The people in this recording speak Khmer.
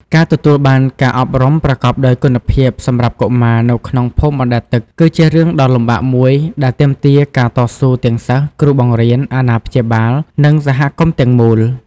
ការទទួលបានការអប់រំប្រកបដោយគុណភាពសម្រាប់កុមារនៅក្នុងភូមិបណ្តែតទឹក គឺជារឿងដ៏លំបាកមួយដែលទាមទារការតស៊ូទាំងសិស្ស គ្រូបង្រៀន អាណាព្យាបាល និងសហគមន៍ទាំងមូល។